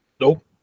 Nope